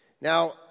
Now